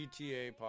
GTA